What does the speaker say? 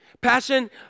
Passion